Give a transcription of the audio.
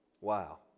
Wow